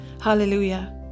Hallelujah